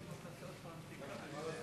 ההצעה להעביר את הצעת חוק בתי-המשפט (תיקון מס'